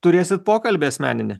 turėsit pokalbį asmeninį